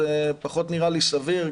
זה פחות נראה לי סביר,